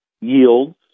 Yields